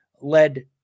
led